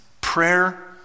prayer